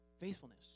faithfulness